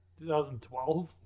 2012